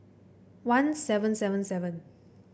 one seven seven seven